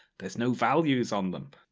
there's no values on them.